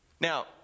Now